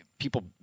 People